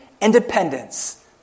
independence